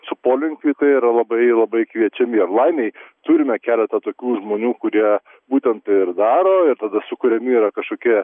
su polinkiu į tai yra labai labai kviečiami ir laimei turime keletą tokių žmonių kurie būtent tai ir daro ir tada sukuriami yra kažkokie